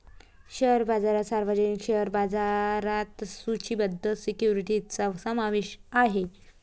share बाजारात सार्वजनिक share बाजारात सूचीबद्ध सिक्युरिटीजचा समावेश आहे